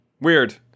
Weird